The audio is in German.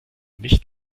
nicht